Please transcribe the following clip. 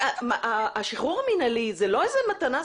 השחרור המנהלי זה לא איזה מתנה,